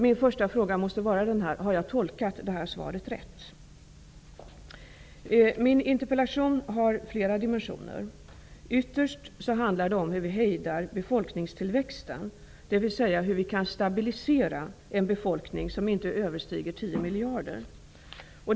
Min första fråga måste bli: Har jag tolkat svaret rätt? Min interpellation har flera dimensioner. Ytterst handlar den om hur vi hejdar befolkningstillväxten, dvs. hur vi kan stabilisera befolkningen till att inte överstiga 10 miljarder.